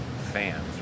fans